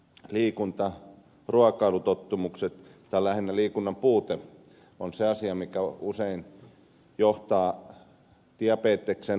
liikunta ruokailutottumukset tai lähinnä liikunnan puute on se asia mikä usein johtaa diabetekseen aikuisilla